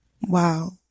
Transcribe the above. Wow